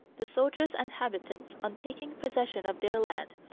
the soldiers and habitants, on taking possession of their land,